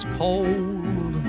cold